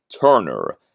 Turner